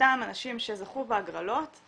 מאותם אנשים שזכו בהגרלות.